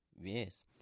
Yes